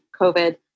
COVID